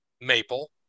maple